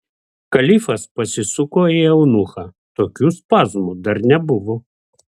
kalifas pasisuko į eunuchą tokių spazmų dar nebuvo